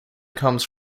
comes